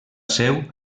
seu